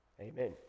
Amen